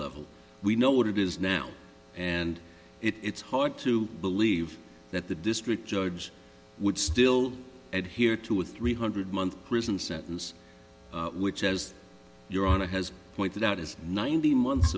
level we know what it is now and it's hard to believe that the district judge would still add here to a three hundred month prison sentence which as you're on a has pointed out is ninety months